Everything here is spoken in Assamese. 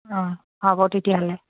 অঁ হ'ব তেতিয়াহ'লে